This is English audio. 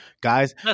guys